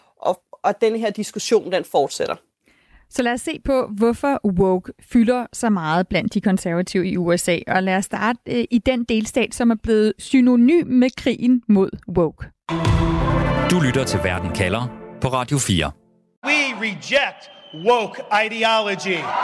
og- og den her diskussion, den fortsætter. Så lad os se på, hvorfor woke fylder så meget blandt de konservative i USA. Og lad os starte, øh, i den delstat, som er blevet synonym med krigen mod woke. Du lytter til Verden kalder på Radio 4. We reject woke ideology.